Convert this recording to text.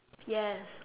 yes